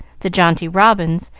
the jaunty robins,